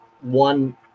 one